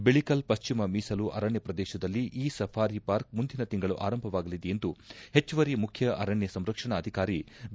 ಬಿಳಿಕಲ್ ಪಶ್ಚಿಮ ಮೀಸಲು ಅರಣ್ಯ ಪ್ರದೇಶದಲ್ಲಿ ಈ ಸಫಾರಿ ಪಾರ್ಕ್ ಮುಂದಿನ ತಿಂಗಳು ಆರಂಭವಾಗಲಿದೆ ಎಂದು ಹೆಚ್ಚುವರಿ ಮುಖ್ಯ ಆರಣ್ಯ ಸಂರಕ್ಷಣಾಧಿಕಾರಿ ಬಿ